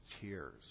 tears